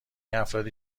افرادی